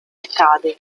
arcade